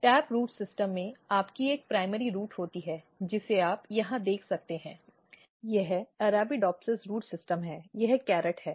tap root system में आपकी एक प्राइमरी रूट्स होती है जिसे आप यहां देख सकते हैं यह Arabidopsis रूट सिस्टम है यह गाजर है